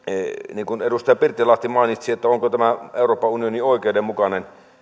niin kuin edustaja pirttilahti mainitsi että onko euroopan unioni oikeudenmukainen